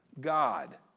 God